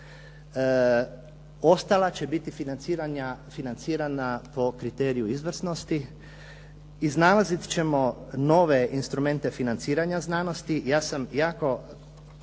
ostala će biti financirana po kriteriju izvrsnosti, iznalaziti ćemo nove instrumente financiranja znanosti. Ja sam jako